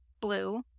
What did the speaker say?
blue